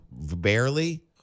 Barely